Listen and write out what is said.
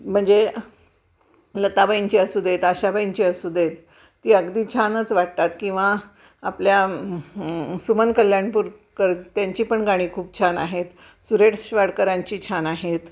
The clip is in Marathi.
म्हणजे लताबाईंची असू देत आशाबाईंची असू देत ती अगदी छानच वाटतात किंवा आपल्या सुमन कल्याणपूरकर त्यांची पण गाणी खूप छान आहेत सुरेश वाडकरांची छान आहेत